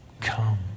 Come